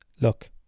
Look